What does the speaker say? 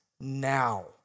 now